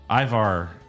Ivar